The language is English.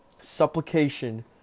supplication